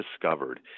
discovered